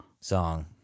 song